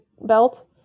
belt